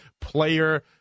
player